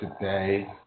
today